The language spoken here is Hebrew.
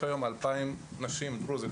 יש היום 2,000 נשים דרוזיות,